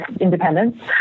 independence